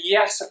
Yes